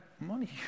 money